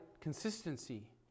consistency